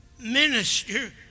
minister